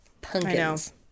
Pumpkins